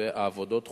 והעבודות חודשו.